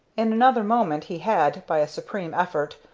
in another moment he had, by a supreme effort,